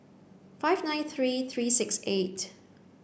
five nine three three six eight